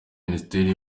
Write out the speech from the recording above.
minisiteri